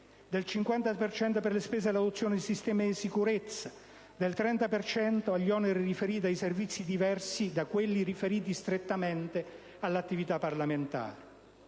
del 50 per cento le spese per l'adozione di sistemi di sicurezza e del 30 per cento degli oneri relativi ai servizi diversi da quelli riferiti strettamente all'attività parlamentare.